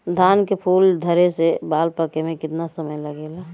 धान के फूल धरे से बाल पाके में कितना समय लागेला?